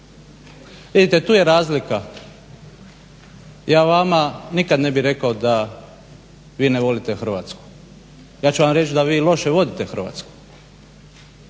Vidite, tu je razlika. Ja vama nikad ne bih rekao da vi ne volite Hrvatsku. Ja ću vam reći da vi loše vodite Hrvatsku.